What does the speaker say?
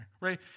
right